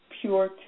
pure